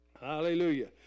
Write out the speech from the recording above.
Hallelujah